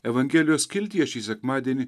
evangelijos skiltyje šį sekmadienį